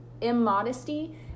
immodesty